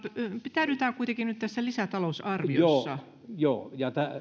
pitäydytään kuitenkin nyt tässä lisätalousarviossa joo